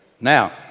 Now